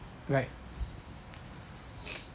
right